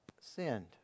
sinned